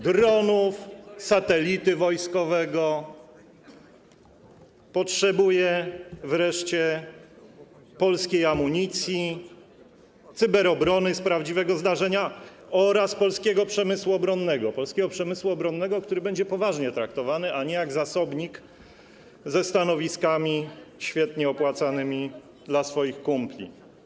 dronów, satelity wojskowego, potrzebuje wreszcie polskiej amunicji, cyberobrony z prawdziwego zdarzenia oraz polskiego przemysłu obronnego - polskiego przemysłu obronnego, który będzie poważnie traktowany, a nie jak zasobnik ze stanowiskami świetnie opłacanymi dla swoich kumpli.